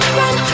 run